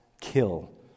kill